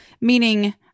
meaning